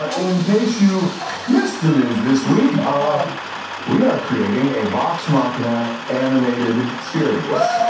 and in case you missed the news this week, ah we are creating a vox machina animated series.